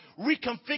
reconfigure